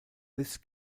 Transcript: this